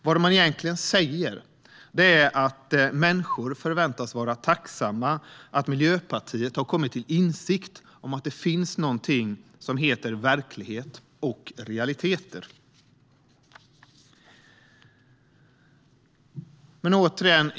Vad man egentligen säger är att människor förväntas vara tacksamma för att Miljöpartiet har kommit till insikt om att det finns någonting som heter verklighet och realiteter.